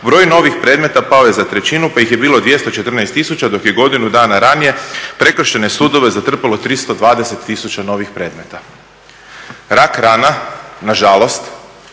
broj novih predmeta pao je za trećinu pa ih je bilo 214000 dok je godinu dana ranije Prekršajne sudove zatrpalo 320 000 novih predmeta. Rak rana na žalost